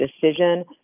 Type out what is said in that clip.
decision